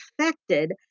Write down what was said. affected